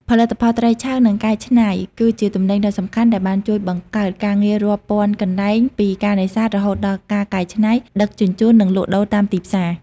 ផលិតផលត្រីឆៅ និងកែច្នៃ គឺជាទំនិញដ៏សំខាន់ដែលបានជួយបង្កើតការងាររាប់ពាន់កន្លែង ពីការនេសាទ រហូតដល់ការកែច្នៃ ដឹកជញ្ជូន និងលក់ដូរតាមទីផ្សារ។